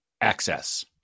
access